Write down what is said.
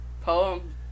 Poem